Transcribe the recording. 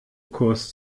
kurs